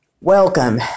Welcome